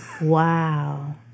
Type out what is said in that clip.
Wow